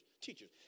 teachers